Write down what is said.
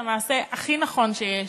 את המעשה הכי נכון שיש,